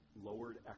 lowered